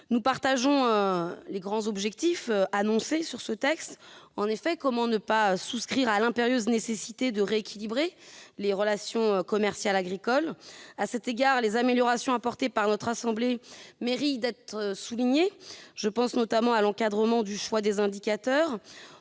Nous partageons les objectifs des auteurs du projet de loi. Comment, en effet, ne pas souscrire à l'impérieuse nécessité de rééquilibrer les relations commerciales agricoles ? À cet égard, les améliorations apportées par la Haute Assemblée méritent d'être soulignées ; je pense notamment à l'encadrement du choix des indicateurs,